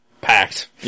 packed